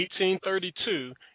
1832